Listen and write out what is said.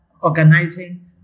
organizing